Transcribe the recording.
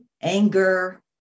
anger